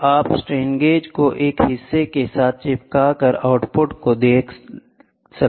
तो आप strain gauge को एक हिस्से के साथ चिपका कर आउटपुट को देख सकते हैं